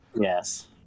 Yes